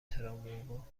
تراموا